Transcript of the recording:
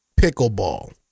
pickleball